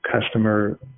customer